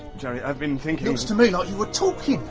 jerry, i've been thinking looked to me like you were talking,